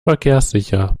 verkehrssicher